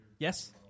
Yes